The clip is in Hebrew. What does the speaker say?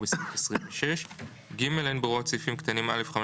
בסעיף 26; (ג)אין בהוראות סעיפים קטנים (א)(5)